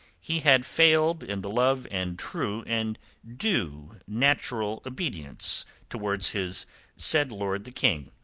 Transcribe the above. he had failed in the love and true and due natural obedience towards his said lord the king,